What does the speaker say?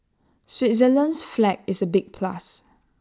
Switzerland's flag is A big plus